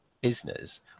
business